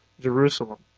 jerusalem